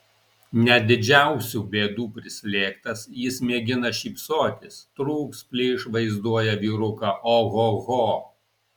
net didžiausių bėdų prislėgtas jis mėgina šypsotis trūks plyš vaizduoja vyruką ohoho